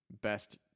best